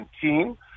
team